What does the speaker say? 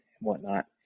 whatnot